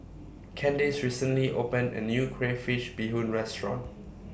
Candice recently opened A New Crayfish Beehoon Restaurant